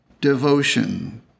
devotion